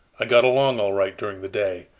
i got along all right during the day,